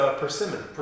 persimmon